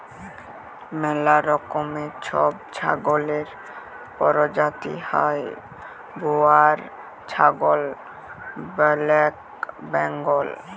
ম্যালা রকমের ছব ছাগলের পরজাতি হ্যয় বোয়ার ছাগল, ব্যালেক বেঙ্গল